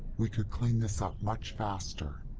we could clean this up much faster.